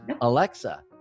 Alexa